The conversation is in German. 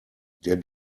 der